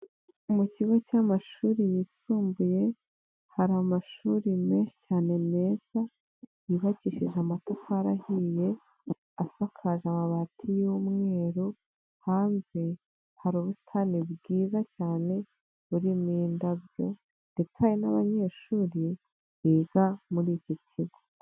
Mu kigo cy'amashuri yisumbuye hari amashuri menshi cyane meza yubakishije amatafari ahiye asakaje amabati y'umweru hanze hari ubusitani bwiza cyane burimo ndabyo ndetse n'abanyeshuri biga muri iki kigo.